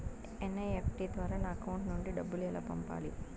NEFT ద్వారా నా account నుండి డబ్బులు ఎలా పంపాలి